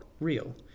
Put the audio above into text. real